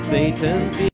Satan's